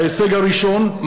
ההישג הראשון,